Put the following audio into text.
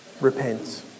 repent